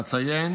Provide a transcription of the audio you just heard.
אציין